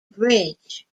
bridge